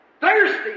Thirsty